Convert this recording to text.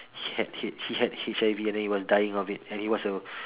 he had he had H_I_V and then he was dying of it and he was a